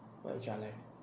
one jar life